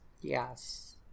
yes